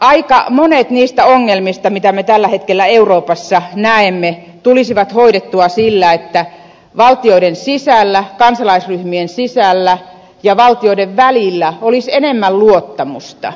aika monet niistä ongelmista joita me tällä hetkellä euroopassa näemme tulisivat hoidettua sillä että valtioiden sisällä kansalaisryhmien sisällä ja valtioiden välillä olisi enemmän luottamusta